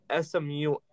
SMU